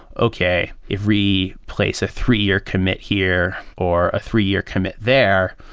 okay, if we place a three-year commit here or a three-year commit there,